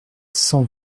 cent